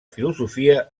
filosofia